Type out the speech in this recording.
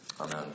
Amen